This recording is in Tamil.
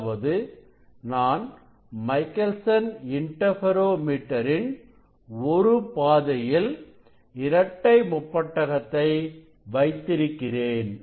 அதாவது நான் மைக்கேல்சன் இன்டர்ஃபெரோமீட்டரின் ஒரு பாதையில் இரட்டைமுப்பட்டகத்தை வைத்திருக்கிறேன்